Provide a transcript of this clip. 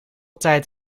tijd